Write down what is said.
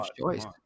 choice